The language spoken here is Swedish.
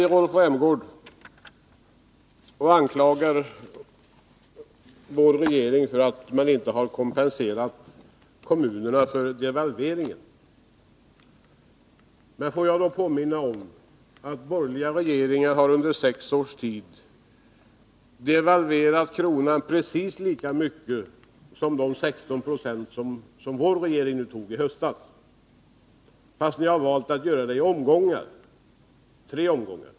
Rolf Rämgård anklagar vår regering för att man inte har kompenserat kommunerna för devalveringen. Får jag då påminna om att borgerliga regeringar under sex års tid har devalverat kronan precis lika mycket som de 16 20 som vår regering devalverade i höstas — fast ni har valt att göra det i tre omgångar.